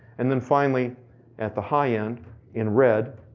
and then finally at the high-end in red,